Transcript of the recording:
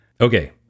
Okay